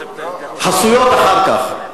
חסויות אחר כך.